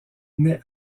naît